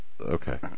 Okay